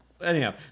anyhow